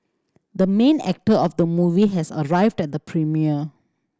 the main actor of the movie has arrived at the premiere